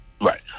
Right